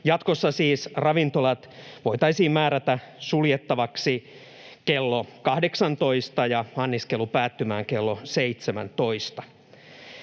Jatkossa siis ravintolat voitaisiin määrätä suljettaviksi kello 18 ja anniskelu päättymään kello 17.